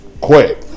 Quick